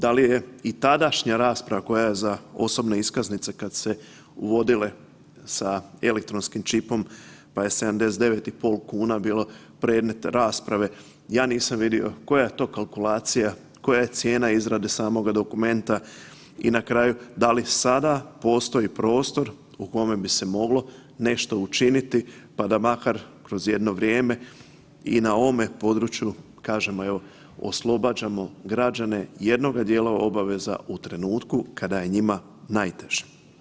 Da li je i tadašnja rasprava koja je za osobne iskaznice kad su se uvodile sa elektronskim čipom pa je 79 i pol kuna bilo predmet rasprave, ja nisam vidio koja je to kalkulacija, koja je cijena izrade samoga dokumenta i na kraju da li sada postoji prostor u kome bi se moglo nešto učiniti pa da makar kroz jedno vrijeme i na ovome području kažemo evo oslobađamo građane jednoga dijela obaveza u trenutku kada je njima najteže.